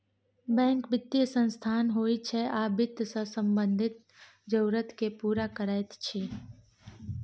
bank बित्तीय संस्थान होइ छै आ बित्त सँ संबंधित जरुरत केँ पुरा करैत छै